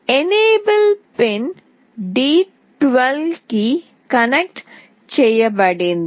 enable pin d12 కి connect చేయబడింది